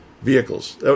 vehicles